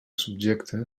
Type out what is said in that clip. subjecte